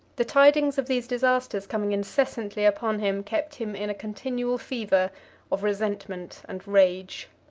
the tidings of these disasters coming incessantly upon him kept him in a continual fever of resentment and rage.